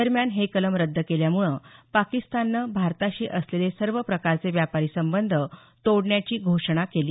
दरम्यान हे कलम रद्द केल्यामुळं पाकिस्ताननं भारताशी असलेले सर्व प्रकारचे व्यापारी संबध तोडण्याची घोषणा केली